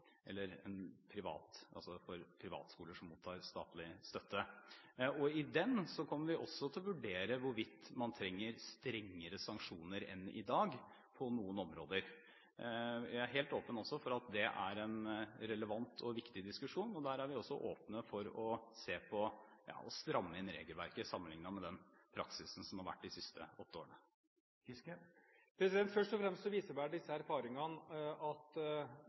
for privatskoler som mottar statlig støtte. I den kommer vi også til å vurdere hvorvidt man trenger strengere sanksjoner enn i dag på noen områder. Jeg er helt åpen for at det er en relevant og viktig diskusjon, og der er vi også åpne for å se på å stramme inn regelverket sammenlignet med den praksisen som har vært de siste åtte årene. Først og fremst viser vel disse erfaringene at